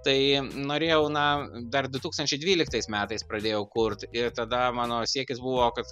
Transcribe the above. tai norėjau na dar du tūkstančiai dvyliktais metais pradėjau kurt ir tada mano siekis buvo kad